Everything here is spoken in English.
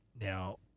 Now